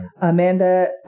Amanda